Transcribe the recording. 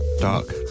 Dark